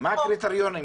מה הקריטריונים.